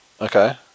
Okay